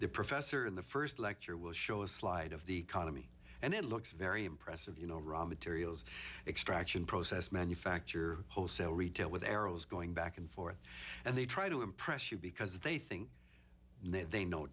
the professor in the first lecture will show a slide of the economy and it looks very impressive you know raw materials extraction process manufacture wholesale retail with arrows going back and forth and they try to impress you because they think they know